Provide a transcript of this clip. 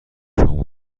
شما